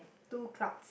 two clouds